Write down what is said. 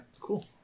Cool